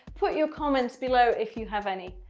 put your comments below if you have any.